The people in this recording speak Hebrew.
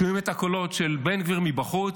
שומעים את הקולות של בן גביר מבחוץ,